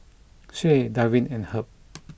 Shae Davin and Herb